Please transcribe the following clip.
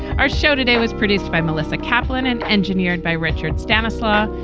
our show today was produced by melissa kaplan and engineered by richard stanislaw.